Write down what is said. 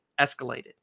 escalated